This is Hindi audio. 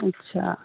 अच्छा